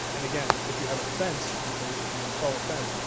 and again, if you have a fence in place, if you install a fence,